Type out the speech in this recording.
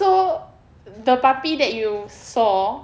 so the puppy that you saw